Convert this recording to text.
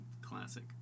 Classic